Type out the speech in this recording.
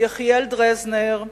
יחיאל דרזנר,